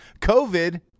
COVID